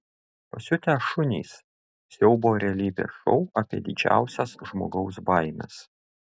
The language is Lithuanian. pasiutę šunys siaubo realybės šou apie didžiausias žmogaus baimes